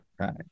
Right